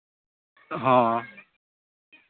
ᱦᱚᱸ